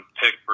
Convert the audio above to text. pick